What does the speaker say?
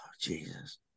Jesus